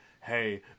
hey